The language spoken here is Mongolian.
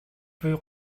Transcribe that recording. буй